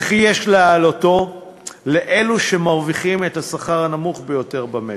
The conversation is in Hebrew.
וכי יש להעלותו לאלו שמרוויחים את השכר הנמוך ביותר במשק.